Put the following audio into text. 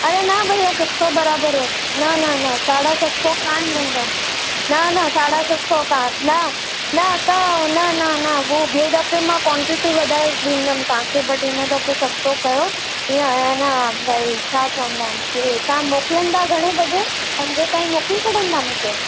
अरे न भैया सत सौ बराबरि आहे न न न साढा सत सौ कोन्ह ॾींदमि न न साढा सत सौ कोन्ह न न त न न न हू ॿिए दफ़े मां क्वांटिटी वधाए ॾींदमि तव्हांखे बट हिन दफ़े सत सौ कयो ईंअ ए न भई छा चवंदा आहिनि की तव्हां मोकिलींदा घणे बजे पंजे ताईं मोकिले छॾींदा मूंखे